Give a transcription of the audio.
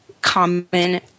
common